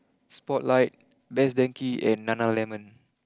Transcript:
Spotlight best Denki and Nana Lemon